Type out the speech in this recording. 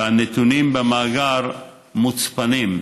והנתונים במאגר מוצפנים.